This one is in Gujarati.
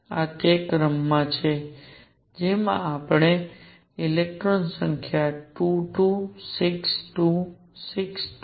આ તે ક્રમ છે જેમાં આપણે ઇલેક્ટ્રોનની સંખ્યા 2 2 6 2 6 2 જોઈશુ